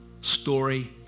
story